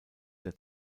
der